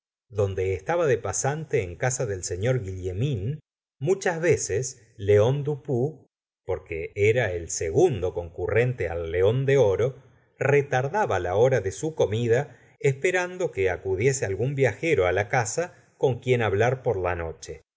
donde estaba de pasante en casa del señor guillaumin muchas veces león dupuis porque era él el segundo concurrente al león de oro retardaba la hora de su comida esperando que acudiese algún viajero la casa con quien hablar por la noche